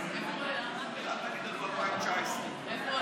אז לכן אל תגיד לנו 2019. איפה הוא היה?